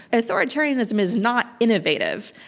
authoritarianism is not innovative.